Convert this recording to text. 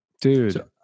Dude